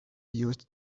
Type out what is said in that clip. used